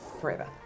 forever